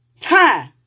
time